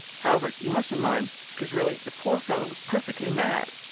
however, you mustn't mind, because, really, the poor fellow was perfectly mad.